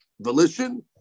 volition